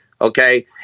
Okay